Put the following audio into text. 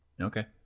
Okay